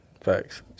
Facts